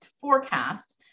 forecast